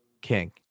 King